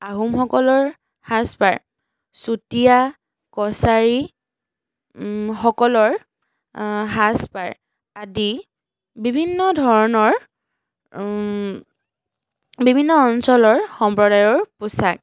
আহোমসকলৰ সাজ পাৰ চুতীয়া কছাৰী সকলৰ সাজ পাৰ আদি বিভিন্ন ধৰণৰ বিভিন্ন অঞ্চলৰ সম্প্ৰদায়ৰ পোছাক